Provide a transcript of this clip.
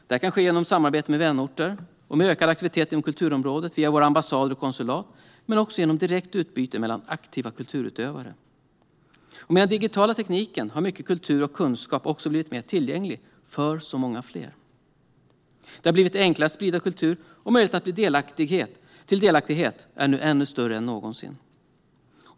Det kan ske genom samarbete med vänorter och med ökad aktivitet inom kulturområdet via våra ambassader och konsulat men också genom direkt utbyte mellan aktiva kulturutövare. Med den digitala tekniken har mycket kultur och kunskap blivit mer tillgänglig för många fler. Det har blivit enklare att sprida kultur, och möjligheten till delaktighet är nu större än någonsin.